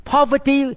Poverty